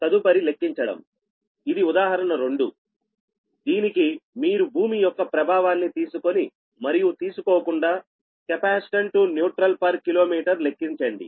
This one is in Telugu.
తదుపరి లెక్కించడంఇది ఉదాహరణ 2 దీనికి మీరు భూమి యొక్క ప్రభావాన్ని తీసుకొని మరియు తీసుకోకుండా capacitance to neutral per kilometre లెక్కించండి